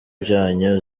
byanyu